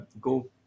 go